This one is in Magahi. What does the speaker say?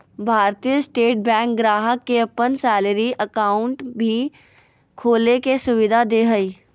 भारतीय स्टेट बैंक ग्राहक के अपन सैलरी अकाउंट भी खोले के सुविधा दे हइ